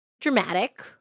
dramatic